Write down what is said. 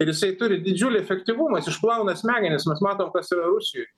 ir jisai turi didžiulį efektyvumą jis išplauna smegenis mes matom kas yra rusijoj